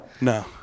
No